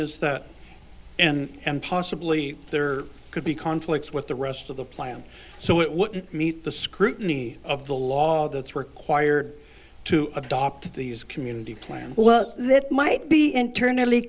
is that an m p possibly there could be conflicts with the rest of the plan so it would meet the scrutiny of the law that's required to adopt these community plans well that might be internally